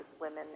women